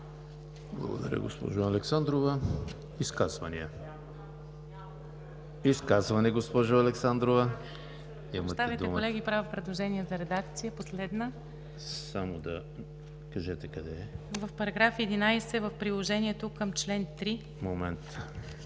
Благодаря, госпожо Александрова. Изказвания? Госпожо Александрова,